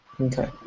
Okay